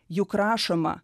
juk rašoma